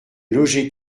logé